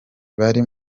bari